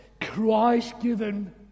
Christ-given